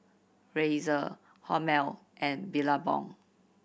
Razer Hormel and Billabong